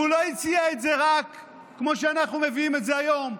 והוא לא הציע את זה רק כמו שאנחנו מביאים את זה היום,